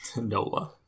Nola